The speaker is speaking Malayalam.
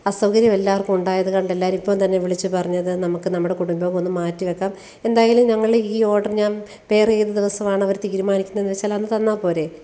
അസൗകര്യം എല്ലാവർക്കും ഉണ്ടായത് കൊണ്ട് എല്ലാവരും ഇപ്പോൾ തന്നെ വിളിച്ചു പറഞ്ഞത് നമുക്ക് നമ്മുടെ കുടുംബയോഗം ഒന്നു മാറ്റിവെക്കാം എന്തായാലും ഞങ്ങൾ ഈ ഓഡറ് ഞാൻ വേറെ ഏത് ദിവസവാണ് അവർ തീരുമാനിക്കുന്നതെന്ന് വെച്ചാൽ അന്ന് തന്നാൽ പോരെ